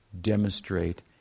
demonstrate